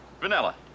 Vanilla